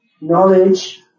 knowledge